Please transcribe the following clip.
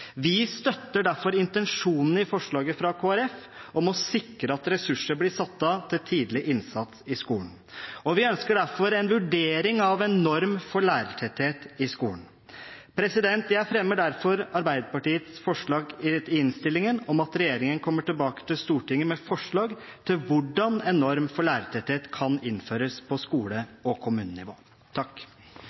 Vi støtter derfor intensjonene i forslaget fra Kristelig Folkeparti om å sikre at ressurser blir satt av til tidlig innsats i skolen, og vi ønsker derfor en vurdering av en norm for lærertetthet i skolen. Jeg fremmer derfor Arbeiderpartiets og Senterpartiets forslag i innstillingen om at regjeringen kommer tilbake til Stortinget med forslag til hvordan en norm for lærertetthet kan innføres på skole- og kommunenivå.